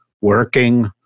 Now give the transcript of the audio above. working